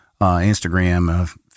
Instagram